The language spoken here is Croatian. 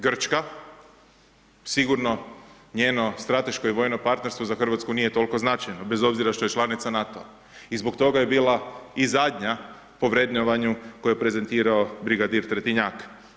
Grčka, sigurno njeno strateško i vojno partnerstvo za Hrvatsku nije toliko značajno bez obzira što je članica NATO-a i zbog toga je bila i zadnja po vrednovanju koje je prezentirao brigadir Tretinjak.